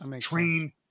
train